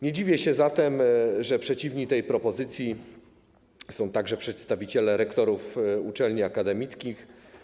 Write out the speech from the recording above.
Nie dziwię się zatem, że przeciwni tej propozycji są także przedstawiciele rektorów uczelni akademickich.